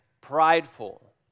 prideful